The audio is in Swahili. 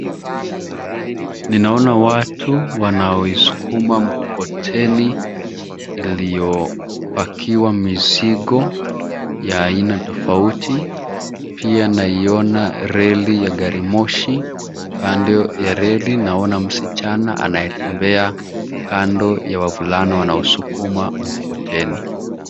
Ninaona watu wanaoisukuma mkokoteni iliyopakiwa mizigo ya aina tofauti. Pia naiona reli ya gari moshi, kando ya reli naona msichana anayetembea kando ya wavulana wanaosukuma mkokoteni.